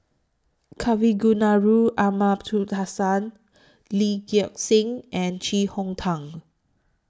Kavignareru Amallathasan Lee Gek Seng and Chee Hong Tat